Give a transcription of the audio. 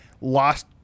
lost